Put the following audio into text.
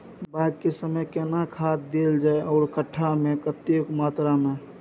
बाग के समय केना खाद देल जाय आर कट्ठा मे कतेक मात्रा मे?